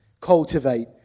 Cultivate